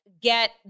get